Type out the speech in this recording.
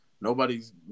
Nobody's